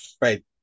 Right